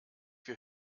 wir